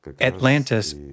Atlantis